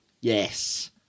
Yes